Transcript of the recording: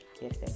yes